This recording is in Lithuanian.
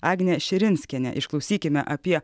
agnė širinskienė išklausykime apie